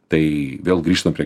tai vėl grįžtam prie